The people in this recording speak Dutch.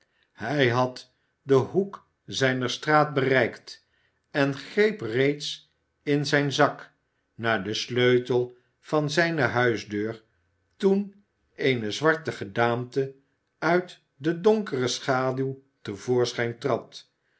hij had den hoek zijner straat bereikt en greep reeds in zijn zak naar den sleutel van zijne huisdeur toen eene zwarte gedaante uit de donkere schaduw te voorschijn trad